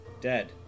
dead